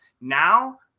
Now